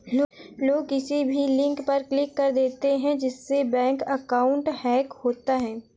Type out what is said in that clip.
लोग किसी भी लिंक पर क्लिक कर देते है जिससे बैंक अकाउंट हैक होता है